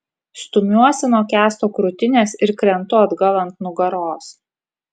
stumiuosi nuo kęsto krūtinės ir krentu atgal ant nugaros